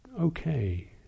okay